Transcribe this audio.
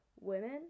Women